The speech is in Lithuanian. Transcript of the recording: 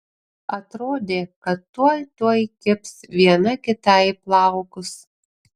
atrodė kad tuoj tuoj kibs viena kitai į plaukus